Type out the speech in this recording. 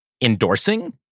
endorsing